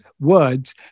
words